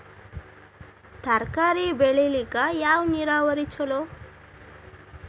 ತರಕಾರಿ ಬೆಳಿಲಿಕ್ಕ ಯಾವ ನೇರಾವರಿ ಛಲೋ?